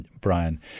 Brian